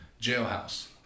jailhouse